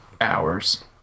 hours